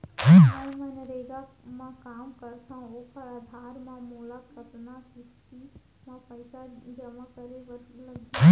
मैं मनरेगा म काम करथो, ओखर आधार म मोला कतना किस्ती म पइसा जेमा करे बर लागही?